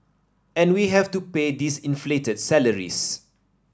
and we have to pay these inflated salaries